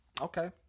Okay